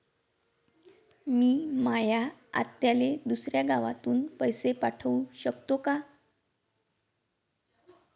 मी माया आत्याले दुसऱ्या गावातून पैसे पाठू शकतो का?